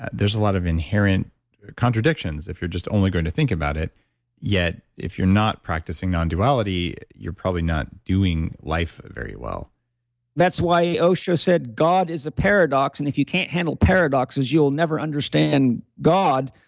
there's a lot of inherent contradictions. if you're just only going to think about it yet, if you're not practicing non-duality, you're probably not doing life very well that's why osha said, god is a paradox. and if you can't handle paradoxes, you'll never understand god.